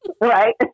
right